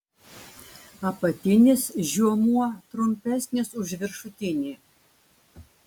apatinis žiomuo trumpesnis už viršutinį